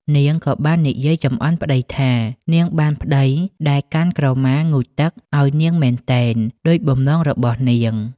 នាងក៏បាននិយាយចំអន់ប្តីថា នាងបានប្តីដែលកាន់ក្រមាងូតទឹកឱ្យមែនទែន ដូចបំណងរបស់នាង ។